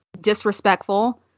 disrespectful